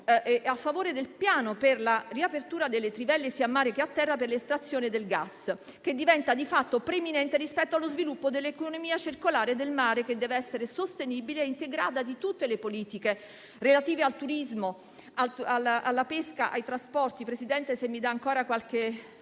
a favore del piano per la riapertura delle trivelle, sia in mare sia a terra, per l'estrazione del gas, che diventa di fatto preminente rispetto allo sviluppo dell'economia circolare del mare, che dev'essere sostenibile e integrata rispetto a tutte le politiche relative al turismo, alla pesca, ai trasporti,